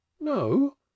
no